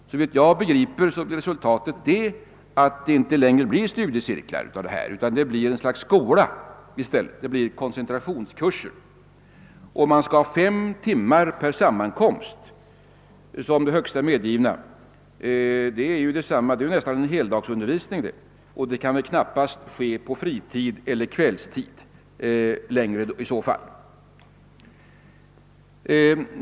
Såvitt jag begriper blir resultatet att denna verksamhet inte längre kan kallas studiecirklar. Det blir i stället något slags skola — koncentrationskurser. Om fem timmar per sammankomst skall vara det högsta medgivna timantalet, blir det nästan en heldagsundervisning, och den kan väl i så fall knappast ske på kvällstid.